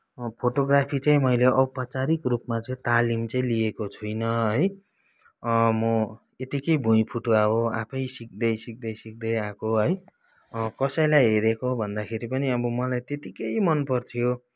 photography चाहिँ मैले औपचारिक रूपमा चाहिँ तालिम चाहिँ लिएको छुइनँ है म यतिकै भुइँफुटुवा हो आफै सिक्दै सिक्दै सिक्दै आएको है कसैलाई हेरेको भन्दाखेरि पनि अब मलाई त्यतिकै मनपर्थ्यो